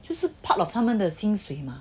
就是 part of 他们的薪水